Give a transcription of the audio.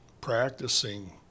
practicing